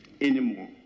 anymore